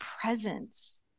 presence